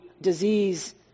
disease